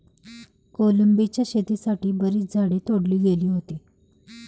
कोलंबीच्या शेतीसाठी बरीच झाडे तोडली गेली होती